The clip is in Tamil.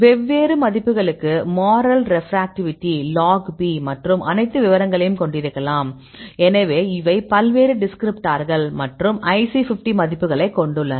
வெவ்வேறு மதிப்புகளுக்கு மாறல் ரெப்ராக்டிவிட்டி log P மற்றும் அனைத்து விவரங்களையும் கொண்டிருக்கலாம் எனவே இவை பல்வேறு டிஸ்கிரிப்டார்கள் மற்றும் IC50 மதிப்புகளை கொண்டுள்ளன